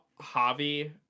javi